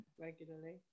regularly